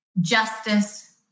justice